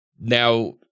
Now